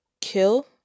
kill